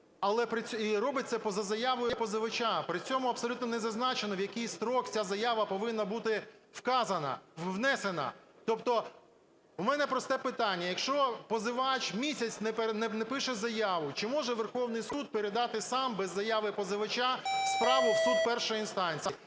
і робить це поза заявою позивача, при цьому абсолютно не зазначено, в який строк ця заява повинна бути внесена. Тобто у мене просте питання: якщо позивач місяць не пише заяву, чи може Верховний Суд передати сам, без заяви позивача, справу в суд першої інстанції?